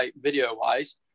video-wise